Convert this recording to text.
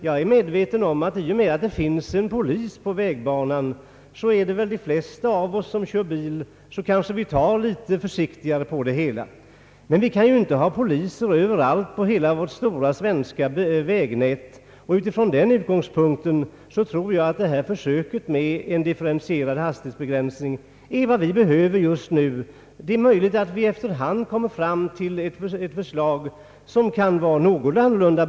Jag är medveten om att de flesta av oss som kör bil tar det litet försiktigare om det finns en polis på vägbanan, men vi kan inte ha poliser överallt på hela vårt stora svenska vägnät, och med hänsyn därtill tror jag att detta försök med differentierad hastighetsbegränsning är vad vi behöver just nu. Det är möjligt att vi efter hand kan komma fram till ett förslag som är nå got annorlunda.